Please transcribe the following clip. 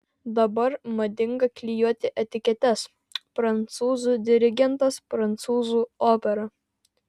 dabar madinga klijuoti etiketes prancūzų dirigentas prancūzų opera